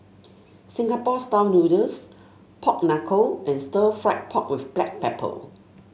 Singapore style noodles Pork Knuckle and Stir Fried Pork with Black Pepper